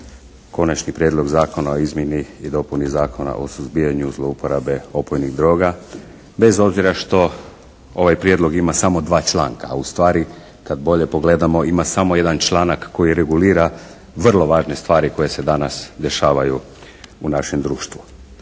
Konačni prijedlog zakona o izmjeni i dopuni Zakona o suzbijanju zlouporabe opojnih droga bez obzira što ovaj prijedlog ima samo dva članka a ustvari kad bolje pogledamo ima samo jedan članak koji regulira vrlo važne stvari koje se danas dešavaju u našem društvu.